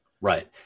Right